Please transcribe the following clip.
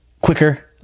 quicker